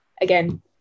again